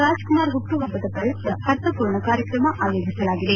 ರಾಜ್ ಕುಮಾರ್ ಪುಟ್ಟುಪುಬ್ಬದ ಪ್ರಯುಕ್ತ ಅರ್ಥಮೂರ್ಣ ಕಾರ್ಯಕ್ರಮ ಆಯೋಜಿಸಲಾಗಿದೆ